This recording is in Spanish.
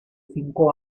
cinco